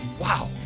Wow